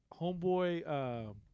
homeboy –